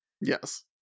Yes